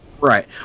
Right